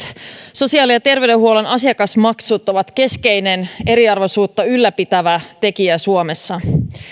sosiaali ja terveydenhuollon asiakasmaksut ovat keskeinen eriarvoisuutta ylläpitävä tekijä suomessa